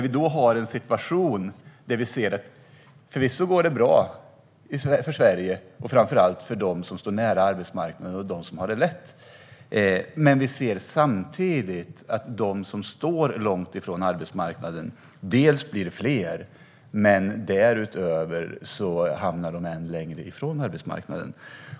Vi kan förvisso se att det går bra för Sverige och framför allt för dem som står nära arbetsmarknaden och har det lätt, men vi ser samtidigt att de som står långt ifrån arbetsmarknaden blir fler och hamnar ännu längre från arbetsmarknaden.